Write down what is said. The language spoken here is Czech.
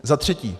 Za třetí.